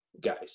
guys